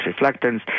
reflectance